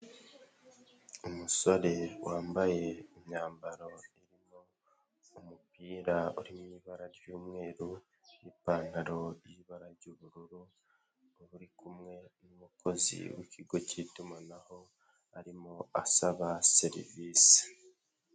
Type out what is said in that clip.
Umusore wambaye imyambaro irimo umupira uri mu ibara ry'umweru n'ipantaro y'ibara ry'ubururu uri kumwe n'umukozi w'ikigo cy'itumanaho arimo asaba serivise.